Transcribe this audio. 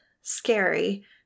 scary